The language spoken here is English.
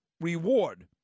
reward